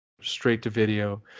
straight-to-video